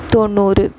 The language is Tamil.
தொண்ணூறு